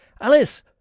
Alice